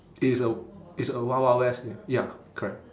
it is a it's a wild wild west ya correct